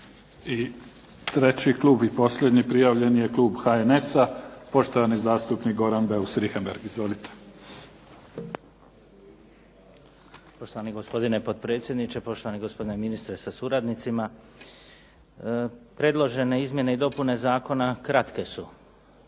I treći klub i posljednji prijavljeni je klub HNS-a, poštovani zastupnik Goran Beus Richembergh. Izvolite. **Beus Richembergh, Goran (HNS)** Poštovani gospodine potpredsjedniče, poštovani gospodine ministre sa suradnicima. Predložene izmjene i dopune zakona kratke su.